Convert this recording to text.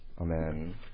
amen